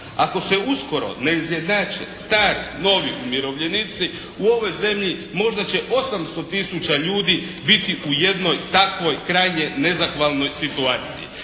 Ako se uskoro ne izjednače stari, novi umirovljenici u ovoj zemlji možda će 800000 ljudi biti u jednoj takvoj krajnje nezahvalnoj situaciji.